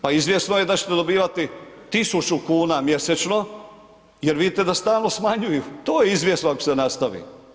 Pa izvjesno je da ćete dobivati tisuću kuna mjesečno jer vidite da stalno smanjuju, to je izvjesno ako se nastavi.